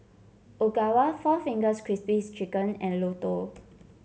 Ogawa Four Fingers Crispy Chicken and Lotto